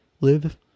live